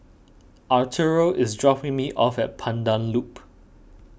Arturo is dropping me off at Pandan Loop